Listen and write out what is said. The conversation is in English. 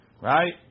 Right